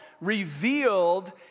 revealed